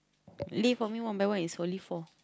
lift for me one by one is only four